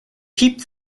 keep